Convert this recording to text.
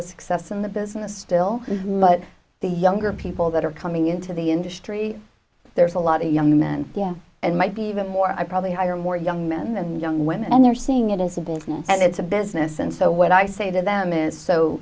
of success in the business still but the younger people that are coming into the industry there's a lot of young men and might be even more i probably hire more young men than young women and they're seeing it as a business and it's a business and so what i say to them is so